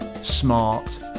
smart